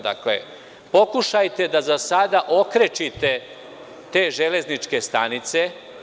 Dakle, pokušajte da za sada okrečite te železničke stanice.